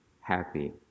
happy